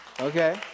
Okay